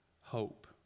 hope